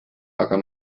aga